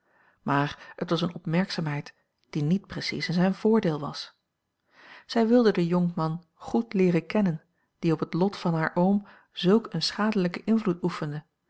maar het was eene opmerkzaamheid die niet precies in zijn voordeel was zij wilde den jonkman goed leeren kennen die op het lot van haar oom zulk een schadelijken invloed oefende